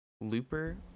looper